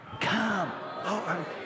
Come